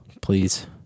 Please